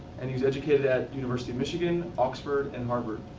and he was educated at university of michigan, oxford, and harvard.